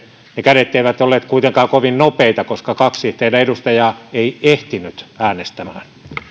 ne kädet eivät olleet kuitenkaan kovin nopeita koska kaksi teidän edustajaanne ei ehtinyt äänestämään